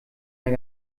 mehr